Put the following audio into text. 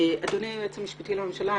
אדוני היועץ המשפטי לממשלה,